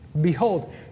Behold